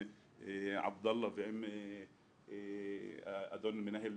עם עבדאללה ועם המנכ"ל של